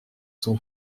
son